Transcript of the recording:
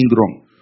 wrong